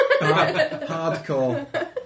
hardcore